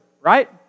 right